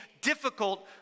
difficult